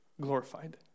glorified